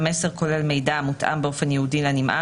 אני מקבל אותו באופן אישי אליי.